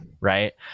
Right